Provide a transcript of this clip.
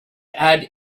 add